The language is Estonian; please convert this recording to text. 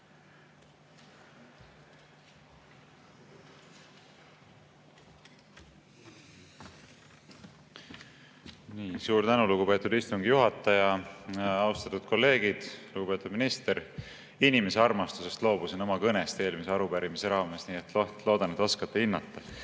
Suur tänu, lugupeetud istungi juhataja! Austatud kolleegid! Lugupeetud minister! Inimesearmastusest loobusin oma kõnest eelmise arupärimise raames, nii et loodan, et oskate